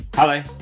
Hello